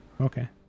Okay